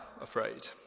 afraid